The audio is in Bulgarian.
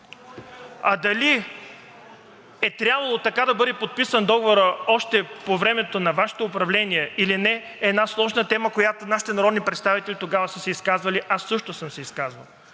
А дали е трябвало така да бъде подписан договорът още по времето на Вашето управление, или не, е сложна тема, по която нашите народни представители тогава са се изказвали, аз също съм се изказвал